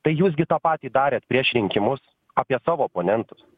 tai jūs gi tą patį darėt prieš rinkimus apie savo oponentus